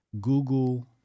Google